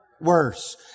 worse